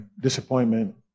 disappointment